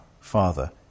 Father